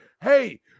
hey